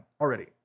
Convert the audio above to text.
already